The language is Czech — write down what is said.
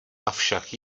avšak